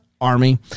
army